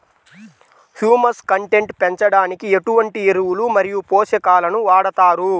Humus content పెంచడానికి ఎటువంటి ఎరువులు మరియు పోషకాలను వాడతారు?